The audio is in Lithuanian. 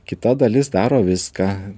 kita dalis daro viską